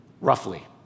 Roughly